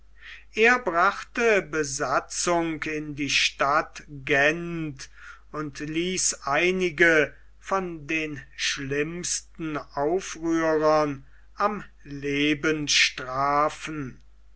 er brachte besatzung in die stadt gent und ließ einige von den schlimmsten aufrührern am